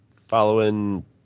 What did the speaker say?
following